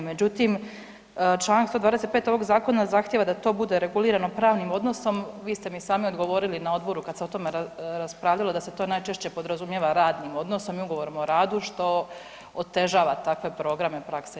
Međutim, Članak 125. ovog zakona zahtjeva da to bude regulirano pravnim odnosom, vi ste mi sami odgovori na odboru kad se o tome raspravljalo da se to najčešće podrazumijeva radnim odnosom i ugovorom o radu što otežava takve programe prakse.